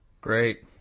Great